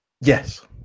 yes